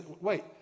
Wait